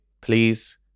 please